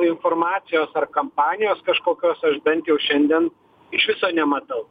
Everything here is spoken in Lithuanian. informacijos ar kampanijos kažkokios aš bent jau šiandien iš viso nematau